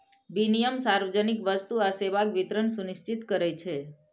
विनियम सार्वजनिक वस्तु आ सेवाक वितरण सुनिश्चित करै छै